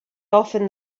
often